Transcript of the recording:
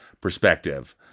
perspective